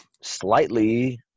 slightly